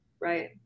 Right